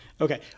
Okay